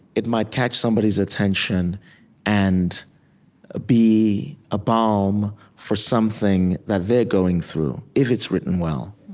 it might catch somebody's attention and ah be a balm for something that they're going through, if it's written well.